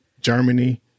Germany